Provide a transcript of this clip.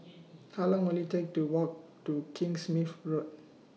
How Long Will IT Take to Walk to King Smith Road